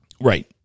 right